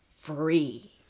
free